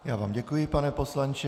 Já vám děkuji, pane poslanče.